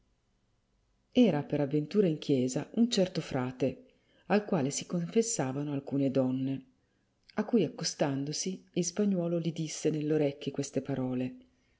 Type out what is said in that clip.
era per aventura in chiesa un certo frate al quale si confessavano alcune donne a cui accostandosi il spagnuolo li disse nell'orecchie queste parole